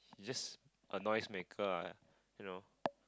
he's just a noise maker lah you know